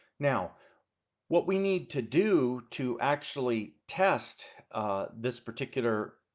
now what we need to do to actually test this particular